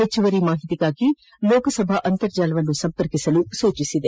ಹೆಚ್ಚುವರಿ ಮಾಹಿತಿಗಾಗಿ ಲೋಕಸಭಾ ಅಂತರ್ಜಾಲವನ್ನು ಸಂಪರ್ಕಿಸಲು ಸೂಚಿಸಿದೆ